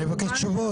אני מבקש תשובות.